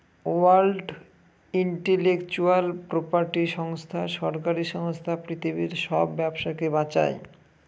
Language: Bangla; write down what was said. ওয়ার্ল্ড ইন্টেলেকচুয়াল প্রপার্টি সংস্থা সরকারি সংস্থা পৃথিবীর সব ব্যবসাকে বাঁচায়